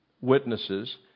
witnesses